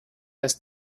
dass